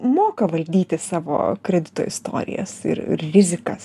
moka valdyti savo kredito istorijas ir rizikas